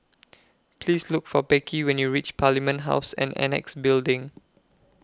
Please Look For Becky when YOU REACH Parliament House and Annexe Building